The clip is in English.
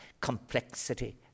complexity